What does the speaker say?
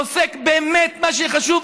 עוסק באמת במה שחשוב,